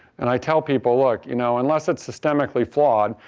and i tell people, look you know, unless it's systemically flawed,